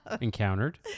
encountered